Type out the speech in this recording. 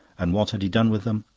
and what had he done with them?